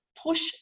push